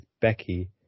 becky